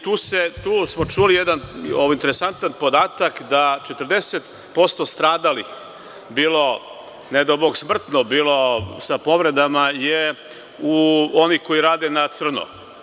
Tu smo čuli jedan interesantan podatak, da 40% stradalih, bilo ne dao bog smrtno, bilo sa povredama, je u onih koji rade na crno.